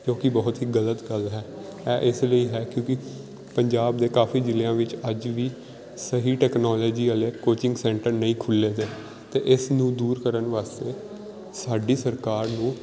ਜੋ ਕਿ ਬਹੁਤ ਹੀ ਗਲਤ ਗੱਲ ਹੈ ਇਹ ਇਸ ਲਈ ਹੈ ਕਿਉਂਕਿ ਪੰਜਾਬ ਦੇ ਕਾਫ਼ੀ ਜ਼ਿਲ੍ਹਿਆਂ ਵਿੱਚ ਅੱਜ ਵੀ ਸਹੀ ਟੈਕਨੋਲੋਜੀ ਵਾਲੇ ਕੋਚਿੰਗ ਸੈਂਟਰ ਨਹੀਂ ਖੁਲ੍ਹੇ ਦੇ ਅਤੇ ਇਸ ਨੂੰ ਦੂਰ ਕਰਨ ਵਾਸਤੇ ਸਾਡੀ ਸਰਕਾਰ ਨੂੰ